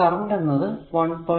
ഇവിടെ കറന്റ് എന്നത് 1